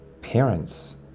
parents